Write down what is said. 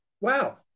wow